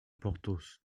porthos